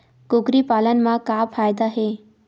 कुकरी पालन म का फ़ायदा हे?